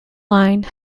line